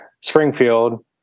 Springfield